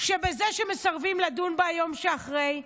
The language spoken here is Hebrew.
שבזה שמסרבים לדון ביום שאחרי,